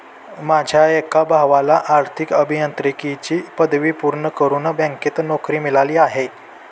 माझ्या एका भावाला आर्थिक अभियांत्रिकीची पदवी पूर्ण करून बँकेत नोकरी मिळाली आहे